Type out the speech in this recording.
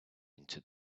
into